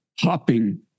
hopping